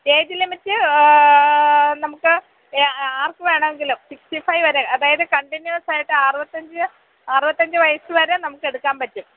age limit നമുക്ക് ആർക്ക് വേണമെങ്കിലും സിക്സ്റ്റി ഫൈവ് വരെ അതായത് കണ്ടിന്യൂസായിട്ട് അറുപത്തഞ്ച് അറുപത്തഞ്ച് വയസ്സ് വരെ നമുക്കെടുക്കാൻ പറ്റും